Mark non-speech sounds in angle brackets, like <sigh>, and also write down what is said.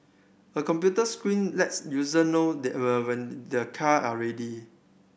a computer screen lets user know there <unintelligible> when their car are ready